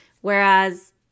Whereas